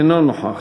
אינו נוכח,